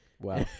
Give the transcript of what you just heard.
Wow